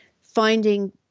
finding